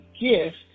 gift